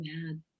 mad